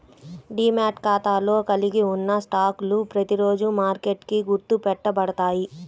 demat ఖాతాలో కలిగి ఉన్న స్టాక్లు ప్రతిరోజూ మార్కెట్కి గుర్తు పెట్టబడతాయి